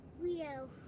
Leo